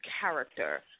character